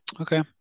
okay